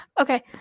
Okay